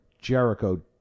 Jericho